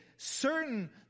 certain